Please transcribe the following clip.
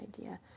idea